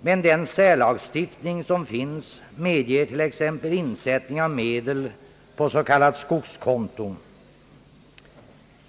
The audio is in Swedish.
men den särlagstiftning som finns medger t. ex, insättning av medel på s.k. skogskonto.